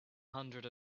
hundred